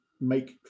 Make